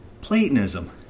Platonism